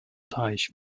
teich